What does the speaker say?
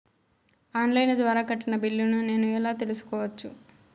On line ద్వారా కట్టిన బిల్లును నేను ఎలా తెలుసుకోవచ్చు?